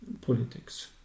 Politics